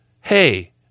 hey